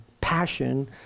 passion